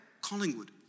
Collingwood